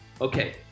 okay